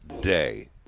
day